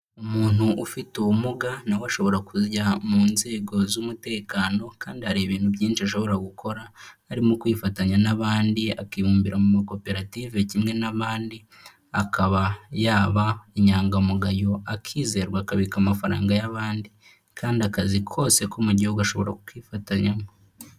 Umuntu ufite ubumuga nawe ashobora kujya mu nzego z'umutekano kandi hari ibintu byinshi ashobora gukora harimo kwifatanya n'abandi, akibumbira mu makoperative kimwe n'abandi akaba yaba inyangamugayo akizerwa akabika amafaranga y'abandi kandi akazi kose ko mu gihugu ashobora kukifatanyamo.